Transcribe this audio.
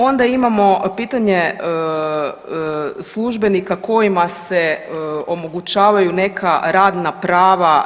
Onda imamo pitanje službenika kojima se omogućavaju neka radna prava.